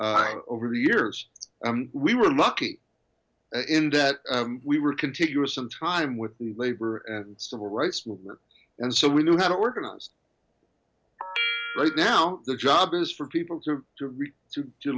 over the years we were lucky in that we were continuous and time with the labor and civil rights movement and so we knew how to organize right now the job is for people to do to